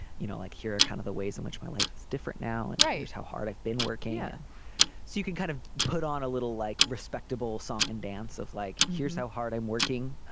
you know like here are kind of the ways in which my life is different now. and right. how hard i've been working yeah so you can kind of put on a little like respectable song and dance of like here's how hard i'm working